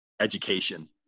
education